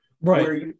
right